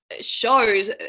shows